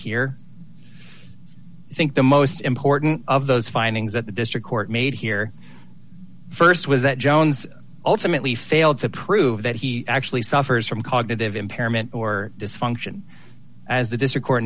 here i think the most important of those findings that the district court made here st was that jones ultimately failed to prove that he actually suffers from cognitive impairment or dysfunction as the district